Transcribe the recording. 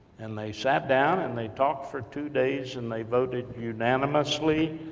and they sat down, and they talked for two days, and they voted unanimously,